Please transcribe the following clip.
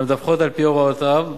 והמדווחות על-פי הוראותיו,